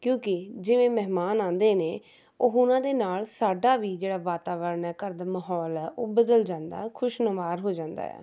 ਕਿਉਂਕਿ ਜਿਵੇਂ ਮਹਿਮਾਨ ਆਉਂਦੇ ਨੇ ਉਹ ਉਹਨਾਂ ਦੇ ਨਾਲ ਸਾਡਾ ਵੀ ਜਿਹੜਾ ਵਾਤਾਵਰਨ ਹੈ ਘਰ ਦਾ ਮਾਹੌਲ ਆ ਉਹ ਬਦਲ ਜਾਂਦਾ ਹੈ ਖੁਸ਼ ਨੁਮਾਰ ਹੋ ਜਾਂਦਾ ਹੈ